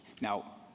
Now